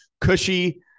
cushy